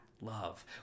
love